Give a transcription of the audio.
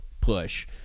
push